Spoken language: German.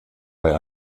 bei